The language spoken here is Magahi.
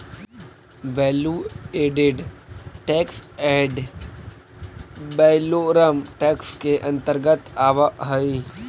value added tax ad valorem tax के अंतर्गत आवऽ हई